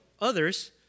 others